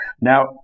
Now